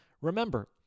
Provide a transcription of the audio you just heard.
Remember